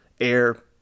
air